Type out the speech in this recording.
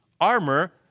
armor